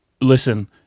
listen